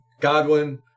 Godwin